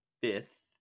fifth